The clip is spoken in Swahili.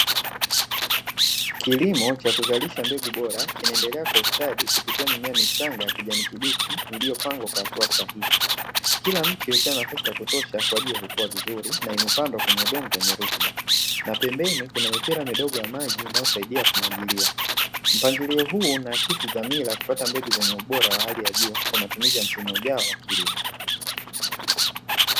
Kilimo cha kuzalisha mbegu bora kinaendelea kwa ustadi kupitia mimea michanga ya kijani kibichi iliyopangwa kwa hatua sahihi. Kila mche ukiwa na nafasi ya kutosha kwa ajili ya kukua vizuri na imepandwa kwenye udongo wenye rutuba. Na pembeni kuna mipira midogo ya maji inayosaidia kumwagilia. Mpangilio huu unaakisi dhamira ya kupata mbegu zenye ubora wa hali ya juu kwa matumizi ya msimu ujao wa kilimo.